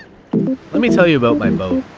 let me tell you about my boat.